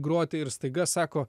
groti ir staiga sako